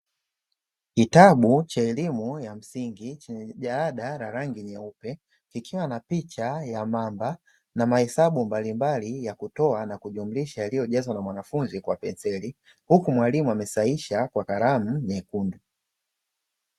Kitabu cha elimu ya msingi chenye jalada la rangi nyeupe ikiwa na picha ya mamba na mahesabu mbalimbali ya kutoa na kujumlisha yaliyojazwa na mwanafunzi kwa penseli, huku mwalimu amesaisha kwa kalamu nyekundu.